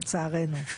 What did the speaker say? לצערנו,